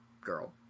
Girl